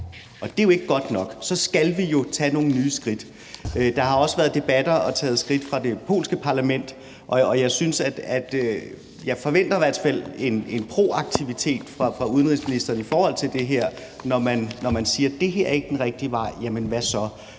og det er jo ikke godt nok, og så skal vi jo tage nogle nye skridt. Der har også været debatter og taget skridt fra det polske parlaments side, og jeg forventer i hvert tilfælde en proaktivitet fra udenrigsministerens side i forhold til det her, når man siger, at det her ikke er den rigtige vej. Jamen hvad så?